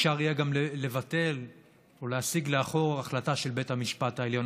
אפשר יהיה גם לבטל או להסיג לאחור החלטה של בית המשפט העליון,